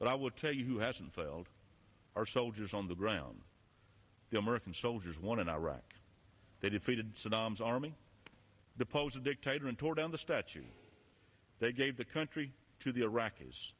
but i will tell you who hasn't failed our soldiers on the ground the american soldiers won in iraq they defeated saddam's army deposed dictator and tore down the statue they gave the country to the iraqis